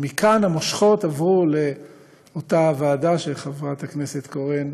מכאן, המושכות עברו לאותה ועדה שחברת הכנסת קורן